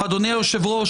אדוני היושב-ראש,